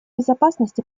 безопасности